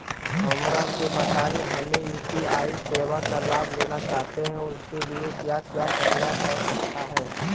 हमरा के बताइए हमें यू.पी.आई सेवा का लाभ लेना चाहते हैं उसके लिए क्या क्या करना पड़ सकता है?